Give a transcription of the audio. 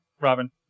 Robin